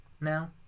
now